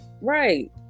Right